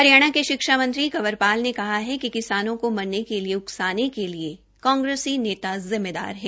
हरियाणा के शिक्षा मंत्री कंवर पाल ने कहा है कि किसानों को मरने के लिए उकसाने के लिए कांग्रेसी नेता जिम्मेदार है